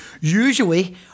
Usually